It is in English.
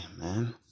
man